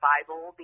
Bible